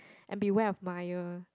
and beware of mire